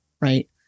right